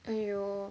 !aiyo!